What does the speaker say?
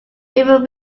river